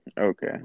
Okay